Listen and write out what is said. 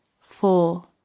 Four